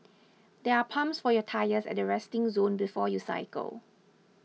there are pumps for your tyres at the resting zone before you cycle